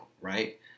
right